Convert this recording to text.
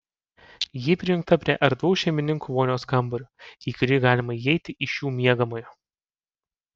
ji prijungta prie erdvaus šeimininkų vonios kambario į kurį galima įeiti iš jų miegamojo